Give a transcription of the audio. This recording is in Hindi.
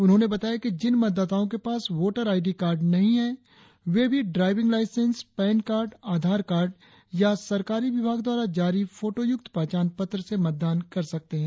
उन्होंने बताया कि जिन मतदाताओं के पास वोटर आईडी कार्ड नहीं है वे भी ड्राईविंग लाईसेंस पैनकार्ड आधारकार्ड या सरकारी विभाग द्वारा जारी फोटोयुक्त पहचान पत्र से मतदान कर सकते हैं